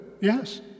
Yes